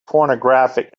pornographic